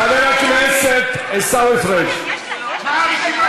חבר הכנסת עיסאווי פריג' מה רשימת הדוברים?